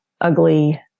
ugly